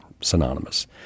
synonymous